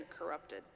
corrupted